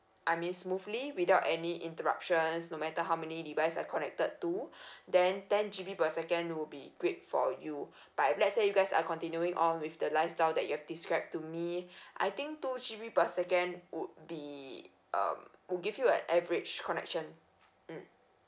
I mean smoothly without any interruptions no matter how many device are connected to then ten G_B per second would be great for you but if let say you guys are continuing on with the lifestyle that you have described to me I think two G_B per second would be um would give you a average connection mm